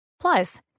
Plus